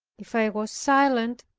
if i was silent,